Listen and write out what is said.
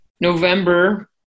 November